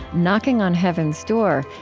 knocking on heaven's door,